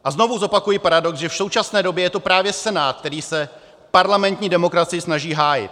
A znovu zopakuji paradox, že v současné době je to právě Senát, který se parlamentní demokracii snaží hájit.